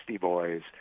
Boys